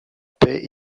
paix